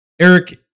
eric